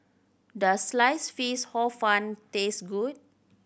does slice fish Hor Fun taste good